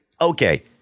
okay